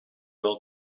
wel